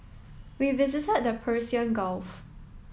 we visited the Persian Gulf